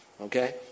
Okay